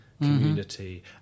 community